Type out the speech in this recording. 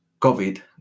COVID